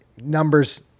numbers